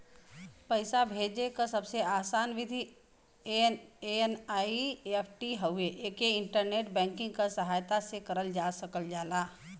पैसा भेजे क सबसे आसान विधि एन.ई.एफ.टी हउवे एके इंटरनेट बैंकिंग क सहायता से करल जा सकल जाला